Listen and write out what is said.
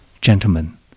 Gentlemen